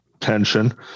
Tension